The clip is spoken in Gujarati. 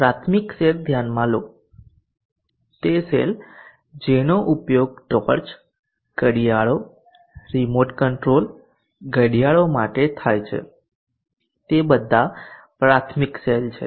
પ્રાથમિક સેલ ધ્યાનમાં લો તે સેલ જેનો ઉપયોગ ટોર્ચ ઘડિયાળો રીમોટ કંટ્રોલ ઘડિયાળો માટે થાય છે તે બધા પ્રાથમિક સેલ છે